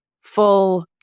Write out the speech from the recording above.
full